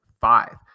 five